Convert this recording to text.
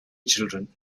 children